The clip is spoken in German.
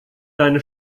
deine